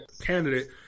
candidate